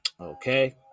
Okay